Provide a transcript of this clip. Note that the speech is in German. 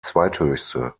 zweithöchste